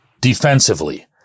defensively